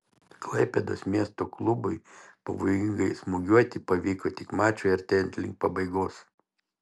klaipėdos miesto klubui pavojingai smūgiuoti pavyko tik mačui artėjant link pabaigos